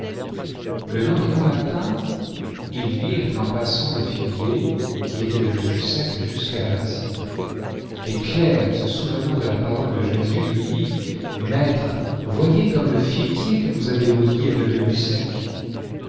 le lendemain matin ils virent en passant le figuier qui était devenu sec jusqu'à la racine et pierre se souvenant de la parole de jésus lui dit maître voyez comme le figuier que vous avez maudit est devenu sec